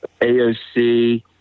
AOC